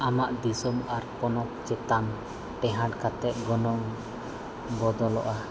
ᱟᱢᱟᱜ ᱫᱤᱥᱚᱢ ᱟᱨ ᱯᱚᱱᱚᱛ ᱪᱮᱛᱟᱱ ᱴᱮᱦᱟᱸᱰ ᱠᱟᱛᱮᱫ ᱜᱚᱱᱚᱝ ᱵᱚᱱᱚᱫᱚᱞᱚᱜᱼᱟ